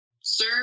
Sir